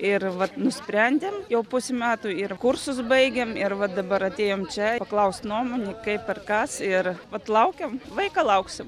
ir vat nusprendėm jau pusė metų ir kursus baigėm ir va dabar atėjom čia paklaust nuomonė kaip ir kas ir vat laukiam vaiką lauksim